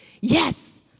yes